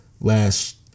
last